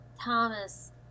thomas